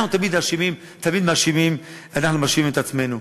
אנחנו תמיד אשמים, תמיד אנחנו מאשימים את עצמנו.